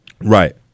right